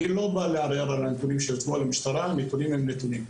אני לא בא לערער על הנתונים שהוצגו על ידי המשטרה - נתונים הם נתונים.